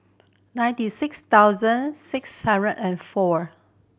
ninety six thousand six hundred and four